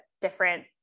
different